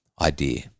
idea